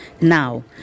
now